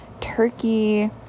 Turkey